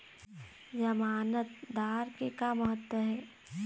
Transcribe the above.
जमानतदार के का महत्व हे?